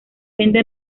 vende